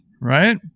right